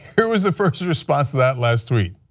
here is the first response to that last tweet